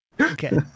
Okay